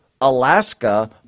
Alaska